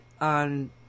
on